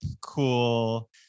cool